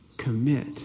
Commit